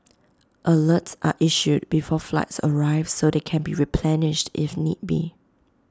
alerts are issued before flights arrive so they can be replenished if need be